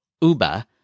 Uber